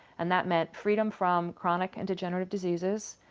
and that meant freedom from chronic and degenerative diseases,